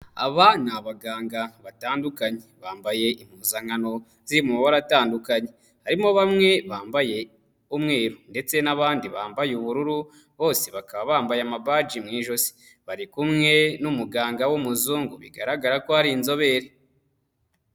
Aba ni abaganga batandukanye, bambaye impuzankano ziri mu mabara atandukanye, harimo bamwe bambaye umweru ndetse n'abandi bambaye ubururu, bose bakaba bambaye amabaji mu ijosi, bari kumwe n'umuganga w'umuzungu bigaragara ko ari inzobere.